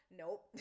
nope